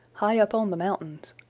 high up on the mountains.